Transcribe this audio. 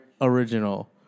original